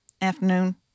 Afternoon